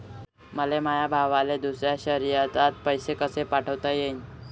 मले माया भावाले दुसऱ्या शयरात पैसे कसे पाठवता येईन?